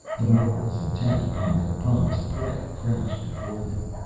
the morgels, intent upon their promised prey, crouched before them.